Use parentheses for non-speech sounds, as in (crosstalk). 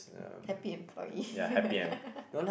happy employee (laughs)